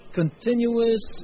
continuous